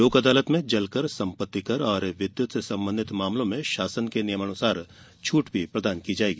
लोक अदालत में जलकर सम्पतिकर और विद्युत से संबंधित मामलों में शासन के नियमानुसार छूट भी दी जायेगी